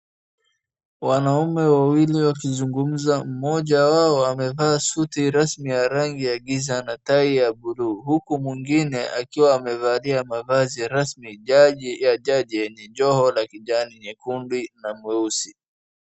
Wanaume wawili wakizungumza, mmoja wao amevaa suti rasmi ya rangi ya giza na tai ya bluu huku mwingine akiwa amevalia mavazi rasmi ya jaji joho la kijani nyekundu na mweusi.